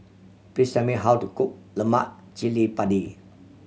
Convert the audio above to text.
please tell me how to cook lemak cili padi